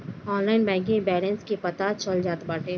online banking में balance के पता चल जात बाटे